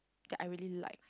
that I really like